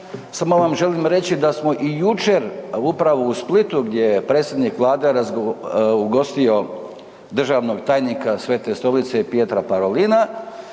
samo vam želim reći da smo i jučer upravo u Splitu gdje je predsjednik Vlade ugostio državnog tajnika Svete stolice Pietra Parolina